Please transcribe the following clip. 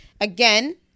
again